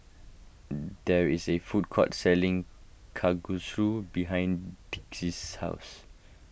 there is a food court selling Kalguksu behind Dicy's house